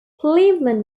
cleveland